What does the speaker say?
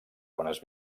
bones